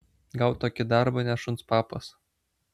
gaut tokį darbą ne šuns papas